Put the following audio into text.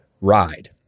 ride